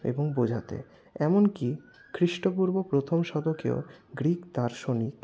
এবং বোঝাতে এমনকি খ্রিস্টপূর্ব প্রথম শতকেও গ্রিক দার্শনিক